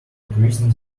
increasing